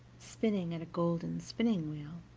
spinning at a golden spinning-wheel.